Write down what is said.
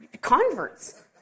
converts